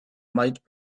might